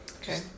okay